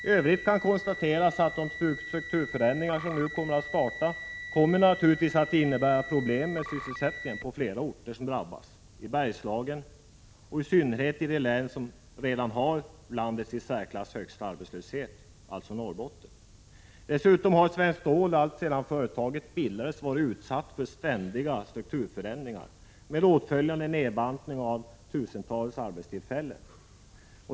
I övrigt kan konstateras att de strukturförändringar som nu kommer att starta naturligtvis kommer att innebära problem med sysselsättningen på flera orter som drabbas, i Bergslagen och i synnerhet i det län som redan har landets i särklass högsta arbetslöshet, alltså Norrbotten. Dessutom har Svenskt Stål alltsedan företaget bildades varit utsatt för ständiga strukturförändringar med åtföljande nedbantning av tusentals arbetstillfällen.